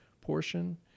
portion